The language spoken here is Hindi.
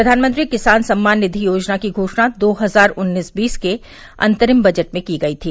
प्रधानमंत्री किसान सम्मान निधि योजना की घोषणा दो हजार उन्नीस बीस के अंतरिम बजट में की गई थी